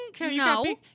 No